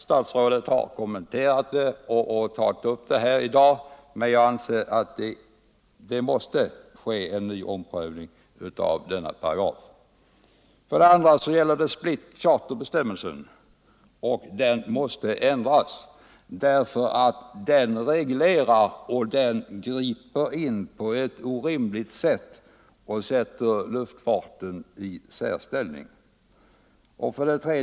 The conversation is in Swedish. Statsrådet har tagit upp problemet i dag, men jag anser att det är nödvändigt med en ny omprövning av denna paragraf. 101 2. ”Split charter”-bestämmelsen måste ändras, eftersom den reglerar och griper in på ett orimligt sätt och placerar luftfarten i en särställning. 3.